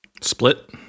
Split